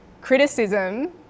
criticism